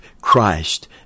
Christ